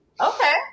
Okay